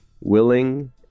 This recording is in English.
willing